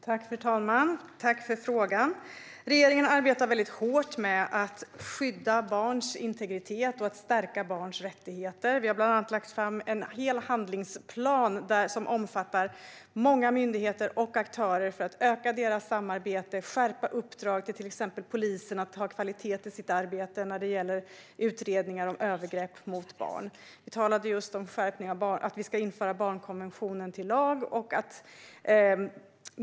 Fru talman! Tack för frågan, Fredrik Eriksson! Regeringen arbetar väldigt hårt med att skydda barns integritet och att stärka barns rättigheter. Vi har bland annat lagt fram en handlingsplan som omfattar många myndigheter och aktörer för att öka deras samarbete och skärpa uppdraget. Polisen, till exempel, ska ha kvalitet i sitt arbete när det gäller utredningar av övergrepp mot barn. Vi talade just om att vi ska införa barnkonventionen i lagen.